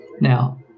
Now